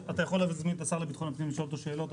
אז קודם כל אתה יכול להזמין את השר לבטחון הפנים לשאול אותו שאלות,